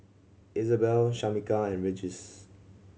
Isabel Shamika and Regis